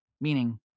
meaning